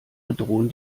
bedrohen